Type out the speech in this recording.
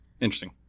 Interesting